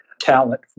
talent